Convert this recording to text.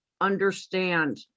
understand